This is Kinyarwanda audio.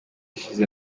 ishize